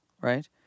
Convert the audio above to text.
right